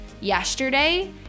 yesterday